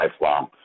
lifelong